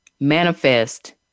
manifest